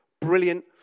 Brilliant